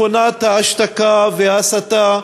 כאשר מכונת ההשתקה וההסתה,